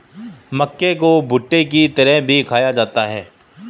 मक्के को भुट्टे की तरह भी खाया जाता है